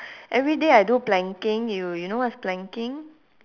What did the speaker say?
everyday I do planking you you know what's planking